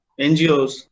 NGOs